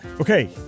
Okay